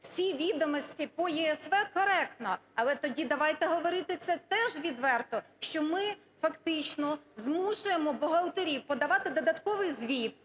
всі відомості по ЄСВ коректно. Але тоді давайте говорити це теж відверто, що ми фактично змушуємо бухгалтерів подавати додатковий звіт,